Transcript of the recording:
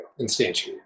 Instantiate